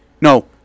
No